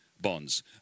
bonds